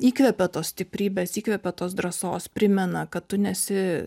įkvepia tos stiprybės įkvepia tos drąsos primena kad tu nesi